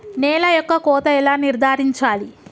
నేల యొక్క కోత ఎలా నిర్ధారించాలి?